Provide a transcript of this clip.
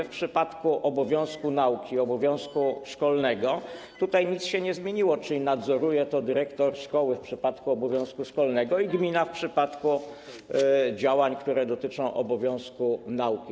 W przypadku obowiązku nauki, obowiązku szkolnego tutaj nic się nie zmieniło, czyli nadzoruje to dyrektor szkoły w przypadku obowiązku szkolnego i gmina w przypadku działań, które dotyczą obowiązku nauki.